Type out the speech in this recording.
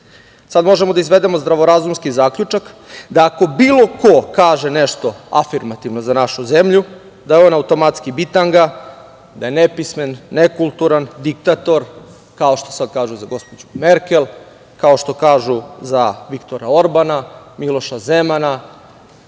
možemo da izvedemo zdravorazumski zaključak da ako bilo ko kaže nešto afirmativno za našu zemlju, da je on automatski bitanga, da je nepismen, nekulturan, diktator, kao što sada kažu za gospođu Merkel, kao što kažu za Viktora Orbana, Miloša Zemana,